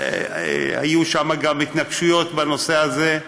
היו שם גם התנגשויות בנושא הזה,